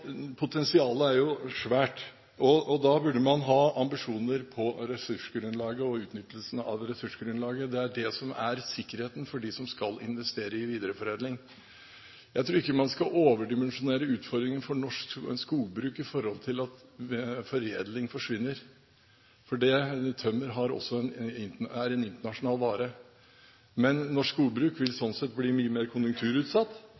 potensialet er svært. Da burde man ha ambisjoner når det gjelder ressursgrunnlaget og utnyttelsen av ressursgrunnlaget. Det er det som er sikkerheten for dem som skal investere i videreforedling. Jeg tror ikke man skal overdimensjonere utfordringen for norsk skogbruk ved at foredling forsvinner. Tømmer er også en internasjonal vare. Norsk skogbruk vil